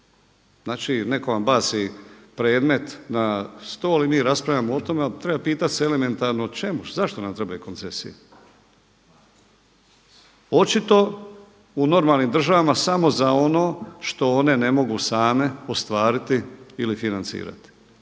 Znači netko vam baci predmet na stol i mi raspravljamo o tome, ali treba se pitati elementarno čemu, zašto nam trebaju koncesije? Očito u normalnim državama samo za ono što one ne mogu same ostvariti ili financirati.